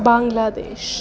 Bangladesh